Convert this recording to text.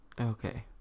okay